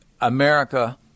America